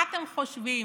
מה אתם חושבים,